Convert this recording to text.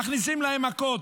ומכניסים להם מכות.